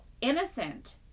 Innocent